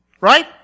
Right